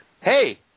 hey